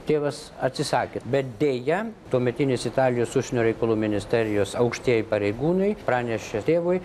tėvas atsisakė bet deja tuometinės italijos užsienio reikalų ministerijos aukštieji pareigūnai pranešė tėvui